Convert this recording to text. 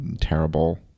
terrible